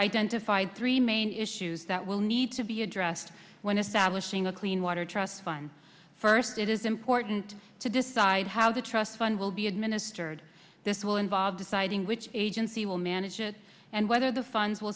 identified three main issues that will need to be addressed when establishing a clean water trust fund first it is important to decide how the trust fund will be administered this will involve deciding which agency will manage it and whether the funds will